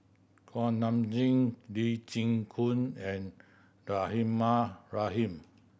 Kuak Nam Jin Lee Chin Koon and Rahimah Rahim